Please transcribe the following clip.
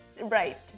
Right